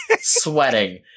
sweating